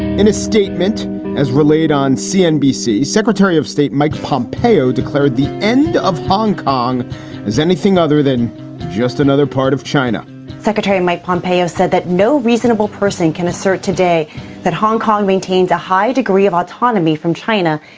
in a statement as relayed on cnbc, secretary of state mike pompeo declared the end of hong kong is anything other than just another part of china secretary mike pompeii's said that no reasonable person can assert today that hong kong maintains a high degree of autonomy from china,